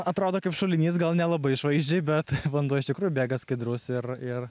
atrodo kaip šulinys gal nelabai išvaizdžiai bet vanduo iš tikrųjų bėga skaidrus ir ir